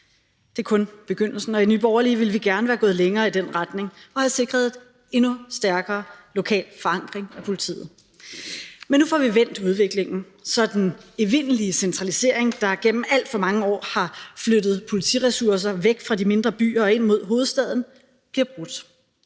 Det er kun begyndelsen, og i Nye Borgerlige ville vi gerne være gået længere i den retning og have sikret en endnu stærkere lokal forankring af politiet. Men nu får vi vendt udviklingen, så den evindelige centralisering, der gennem alt for mange år har flyttet politiressourcer væk fra de mindre byer og ind mod hovedstaden, bliver brudt.